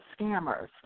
scammers